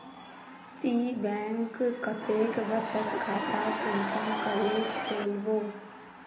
ती बैंक कतेक बचत खाता कुंसम करे खोलबो?